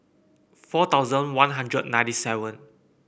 four thousand One Hundred ninety seven